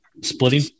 splitting